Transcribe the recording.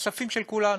כספים של כולנו,